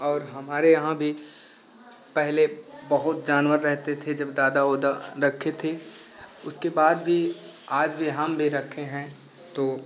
और हमारे यहाँ भी पहले बहुत जानवर रहते थे जब दादा ओदा रखे थे उसके बाद भी आज भी हम भी रखे हैं तो